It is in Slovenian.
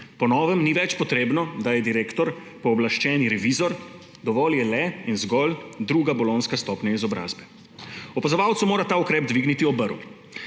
Po novem ni več potrebno, da je direktor pooblaščeni revizor, dovolj je le in zgolj druga bolonjska stopnja izobrazbe. Opazovalcu mora ta ukrep dvigniti obrv.